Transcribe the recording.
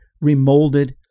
remolded